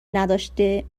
نداشته